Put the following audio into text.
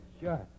Sure